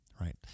right